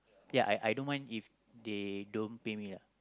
ya I I don't mind if they don't pay me lah